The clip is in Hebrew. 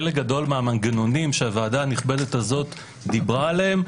חלק גדול מהמנגנונים שהוועדה הנכבדת הזאת דיברה עליהם,